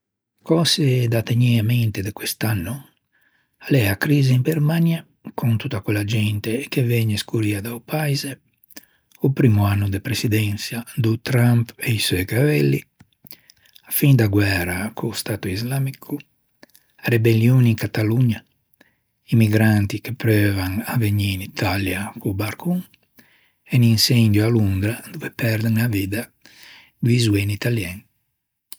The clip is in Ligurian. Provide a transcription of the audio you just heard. Cöse da tegnî à mente de quest'anno a l'é a crisi in Birmania, con tutta quella gente ch'a vëgne scorrio da-o paise, o primmo anno de presideçia do Trump e i suei cavelli, a fin da guæra co-o stato islamico, a rebellion in Catalunya, i migranti che preuvan à vegnî in Italia co-o barcon e un inçendio a Londra dove perdan a vitta doî zoeni italien